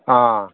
ꯑꯥ